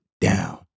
down